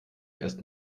erst